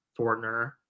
Fortner